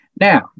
Now